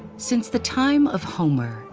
since the time of homer,